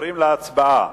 עוברים להצבעה.